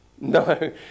No